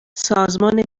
سازمان